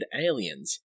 Aliens